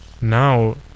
now